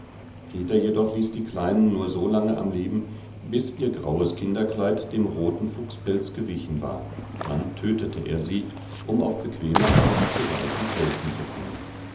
peter jedoch ließ die kleinen nur so lange am leben bis ihr graues kinderkleid dem roten fuchspelz gewichen war dann tötete er sie um auf bequeme art zu weichen pelzen zu kommen